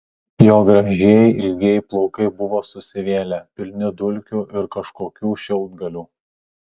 jo gražieji ilgieji plaukai buvo susivėlę pilni dulkių ir kažkokių šiaudgalių